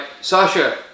sasha